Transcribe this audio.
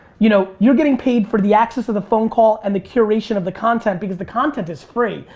you know, you're getting paid for the access of the phone call and the curation of the content because the content is free.